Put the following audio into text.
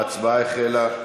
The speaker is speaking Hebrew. ההצבעה החלה.